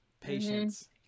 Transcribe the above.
Patience